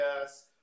yes